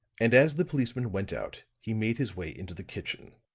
and as the policeman went out, he made his way into the kitchen.